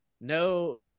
no